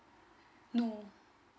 no